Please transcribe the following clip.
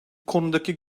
konudaki